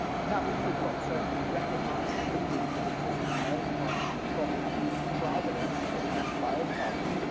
we have also got to recognise the demons that exist in my own party, and the problems, and the tribalism that can exist my own party,